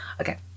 Okay